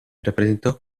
rappresentò